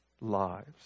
lives